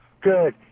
Good